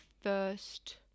first